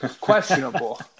questionable